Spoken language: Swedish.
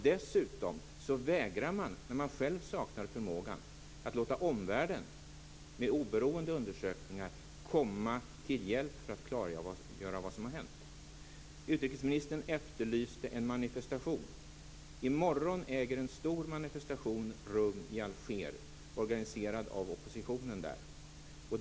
Dessutom vägrar man, när man själv saknar förmågan, att låta omvärlden med oberoende undersökningar komma till hjälp för att klargöra vad som har hänt. Utrikesministern efterlyste en manifestation. I morgon äger en stor manifestation rum i Alger organiserad av oppositionen där.